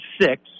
six